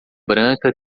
branca